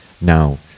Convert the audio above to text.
Now